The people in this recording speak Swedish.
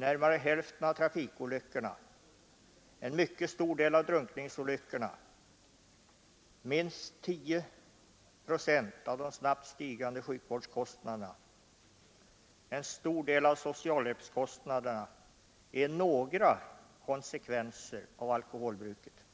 Närmare hälften av trafikolyckorna, en mycket stor del av drunkningsolyckorna, minst 10 procent av de snabbt stigande sjukvårdskostnaderna och en stor del av socialhjälpskostnaderna är några konsekvenser av alkoholbruket.